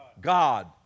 god